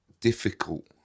difficult